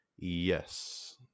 Yes